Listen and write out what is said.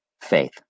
faith